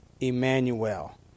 Emmanuel